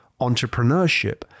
entrepreneurship